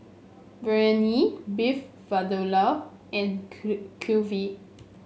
Biryani Beef Vindaloo and clue Kulfi